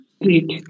Great